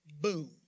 boom